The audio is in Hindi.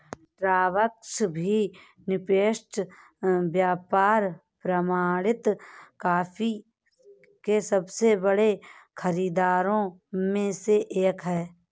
स्टारबक्स भी निष्पक्ष व्यापार प्रमाणित कॉफी के सबसे बड़े खरीदारों में से एक है